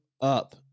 up